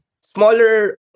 smaller